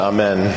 Amen